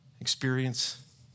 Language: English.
experience